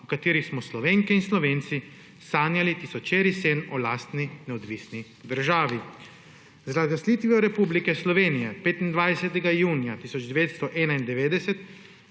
v katerih smo Slovenke in Slovenci sanjali tisočeri sen o lastni neodvisni državi. Z razglasitvijo Republike Slovenije 25. junija 1991